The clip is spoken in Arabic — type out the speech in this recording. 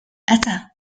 أتى